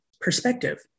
perspective